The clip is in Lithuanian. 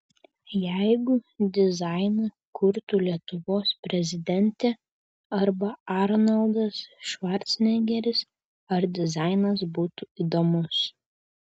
jeigu dizainą kurtų lietuvos prezidentė arba arnoldas švarcnegeris ar dizainas būtų įdomus